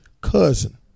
cousin